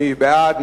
מי בעד?